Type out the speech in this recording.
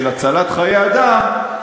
של הצלת חיי אדם,